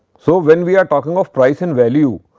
so, when we are talking of price and value.